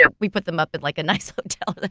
ah we put them up at like a nice hotel,